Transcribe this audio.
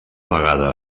vegada